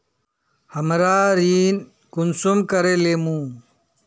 हमरा ऋण कुंसम करे लेमु?